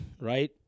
Right